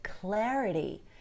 clarity